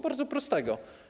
Bardzo prostego.